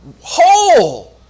Whole